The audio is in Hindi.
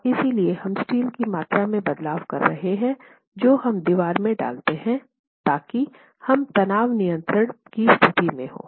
और इसलिए हम स्टील की मात्रा में बदलाव कर रहे हैं जो हम दीवार में डालते हैं ताकि हम तनाव नियंत्रण की स्थिति में हो